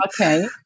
Okay